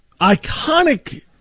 iconic